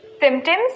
Symptoms